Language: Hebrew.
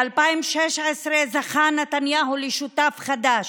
ב-2016 זכה נתניהו לשותף חדש,